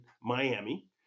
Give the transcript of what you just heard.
Miami